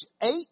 eight